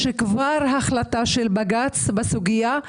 כבר יש החלטה של בג"ץ בסוגיה,